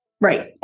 Right